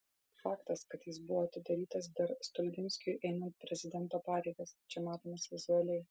faktas kad jis buvo atidarytas dar stulginskiui einant prezidento pareigas čia matomas vizualiai